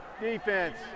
defense